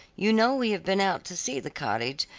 you know we have been out to see the cottage,